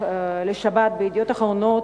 אדוני היושב-ראש,